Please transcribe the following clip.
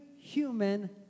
human